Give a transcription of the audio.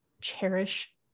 cherish